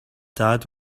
dad